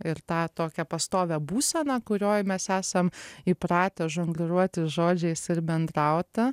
ir tą tokią pastovią būseną kurioj mes esam įpratę žongliruoti žodžiais ir bendrauti